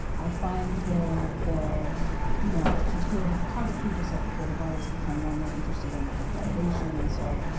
i find the, you know, the field of photography, just like the field of art is become more and more interested in like accreditation and so